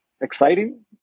Exciting